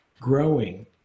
growing